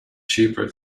cheaper